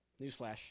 Newsflash